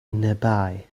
nearby